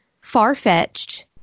far-fetched